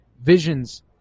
visions